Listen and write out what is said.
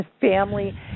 family